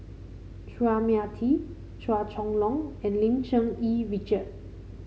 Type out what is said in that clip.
Chua Mia Tee Chua Chong Long and Lim Cherng Yih Richard